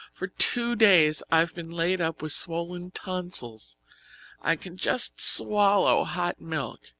for two days i've been laid up with swollen tonsils i can just swallow hot milk,